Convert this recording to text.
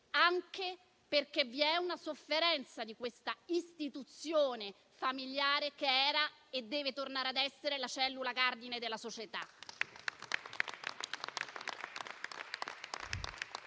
anche perché vi è una sofferenza dell'istituzione familiare, che era e deve tornare a essere la cellula cardine della società.